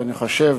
ואני חושב,